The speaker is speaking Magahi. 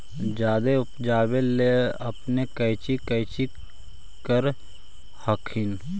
जादे उपजाबे ले अपने कौची कौची कर हखिन?